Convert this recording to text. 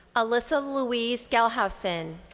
alyssa louise galhousen.